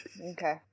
Okay